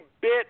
bit